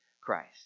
Christ